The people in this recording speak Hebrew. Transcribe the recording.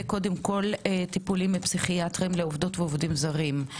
קודם כל טיפולים פסיכיאטריים לעובדות ועובדים זרים,